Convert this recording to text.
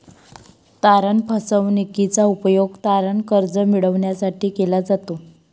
तारण फसवणूकीचा उपयोग तारण कर्ज मिळविण्यासाठी केला जातो